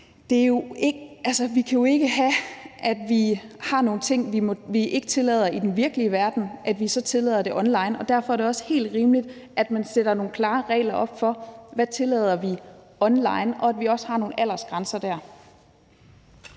Vi kan jo ikke have, at vi har nogle ting, vi ikke tillader i den virkelige verden, men som vi så tillader online, og derfor er det også helt rimeligt, at man sætter nogle klare regler op for, hvad vi tillader online, og at vi også har nogle aldersgrænser dér.